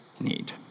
need